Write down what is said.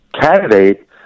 candidate